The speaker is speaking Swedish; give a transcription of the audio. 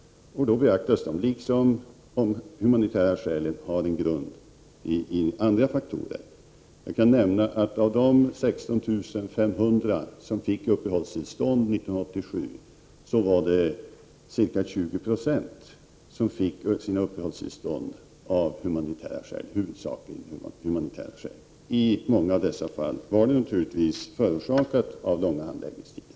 Då beaktas detta. De humanitära skälen kan ha sin grund i andra faktorer. Jag kan nämna att av de 16 500 personer som fick uppehållstillstånd 1987 fick ca 20 96 sina uppehållstillstånd huvudsakligen av humanitära skäl. I många av dessa fall var orsaken långa handläggningstider.